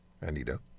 Anita